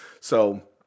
So-